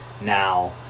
now